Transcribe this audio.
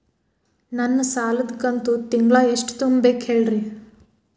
ನನ್ನ ಸಾಲದ ಕಂತು ತಿಂಗಳ ಎಷ್ಟ ತುಂಬಬೇಕು ಹೇಳ್ರಿ?